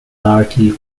largely